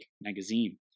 magazine